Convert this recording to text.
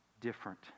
different